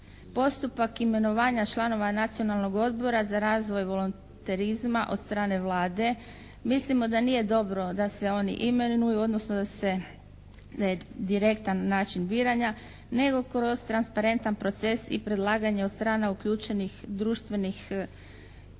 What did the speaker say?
postupak imenovanja članova Nacionalnog Odbora za razvoj volonterizma od strane Vlade mislimo da nije dobro da se oni imenuju, odnosno da se na direktan način biranja, nego kroz transparentan proces i predlaganje od strane uključenih društvenih